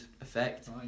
effect